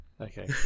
Okay